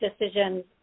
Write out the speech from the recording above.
decisions